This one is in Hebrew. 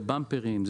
במפרים,